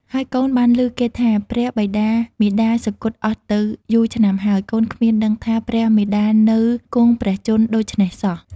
ហើយកូនបានឮគេថា ព្រះបិតាមាតាសុគតអស់ទៅយូរឆ្នាំហើយ កូនគ្មានដឹងថា ព្រះមាតានៅគង់ព្រះជន្មដូច្នេះសោះ " ។